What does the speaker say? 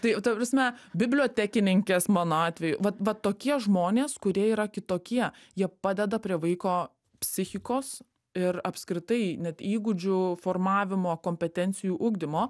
tai ta prasme bibliotekininkės mano atveju vat vat tokie žmonės kurie yra kitokie jie padeda prie vaiko psichikos ir apskritai net įgūdžių formavimo kompetencijų ugdymo